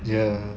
ya